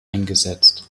eingesetzt